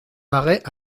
paraît